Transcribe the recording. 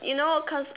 you know cause